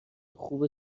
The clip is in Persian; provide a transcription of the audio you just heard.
خوب